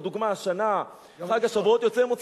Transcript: לדוגמה, השנה חג השבועות יוצא, יום ראשון.